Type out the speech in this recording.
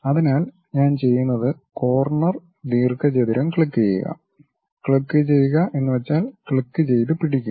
അതിനാൽ ഞാൻ ചെയ്യുന്നത് കോർണർ ദീർഘചതുരം ക്ലിക്കുചെയ്യുക ക്ലിക്ക് ചെയ്യുക എന്നുവെച്ചാൽ ക്ലിക്ക് ചെയ്ത് പിടിക്കുക